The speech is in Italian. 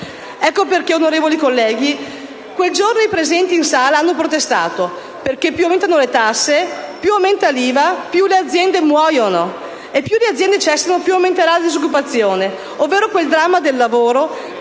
Ecco perché, onorevoli colleghi, quel giorno i presenti in sala hanno protestato: perché più aumentano le tasse, più aumenta l'IVA, più le aziende muoiono. E più le aziende cessano, più aumenterà la disoccupazione, ovvero quel dramma del lavoro che contate di